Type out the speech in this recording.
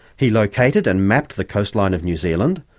he located and mapped the coastline of new zealand,